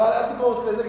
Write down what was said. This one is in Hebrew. אבל אל תגרור אותי לזה,